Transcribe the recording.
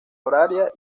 horaria